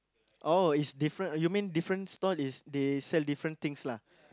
oh is different uh you mean different stall is they sell different things lah